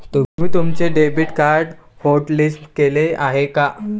तुम्ही तुमचे debit card hotlist केले आहे का?